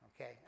Okay